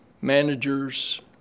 managers